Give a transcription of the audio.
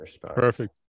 perfect